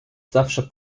zawsze